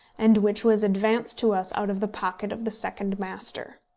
and which was advanced to us out of the pocket of the second master.